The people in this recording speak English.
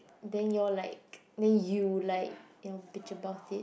then you all like then you like you know bitch about it